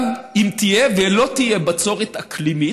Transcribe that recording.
גם אם לא תהיה בצורת אקלימית,